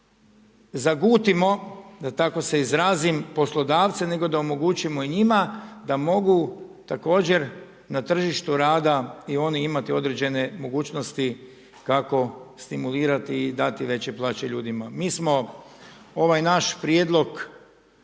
ne zagutimo da tako se izrazim poslodavce nego da omogućimo i njima da mogu također na tržištu rada i oni imati određene mogućnosti kako stimulirati i dati veće plaće ljudima. Mi smo ovaj naš prijedlog